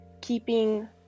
keeping